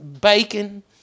bacon